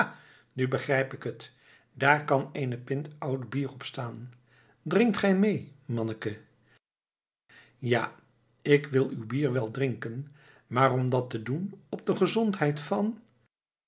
nu begrijp ik het daar kan eene pint oud bier op staan drinkt gij mee manneke ja ik wil uw bier wel drinken maar om dat te doen op de gezondheid van